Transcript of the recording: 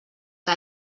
que